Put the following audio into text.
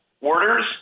orders